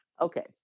Okay